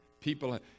people